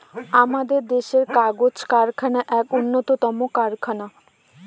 আমাদের দেশের কাগজ কারখানা এক উন্নতম কারখানা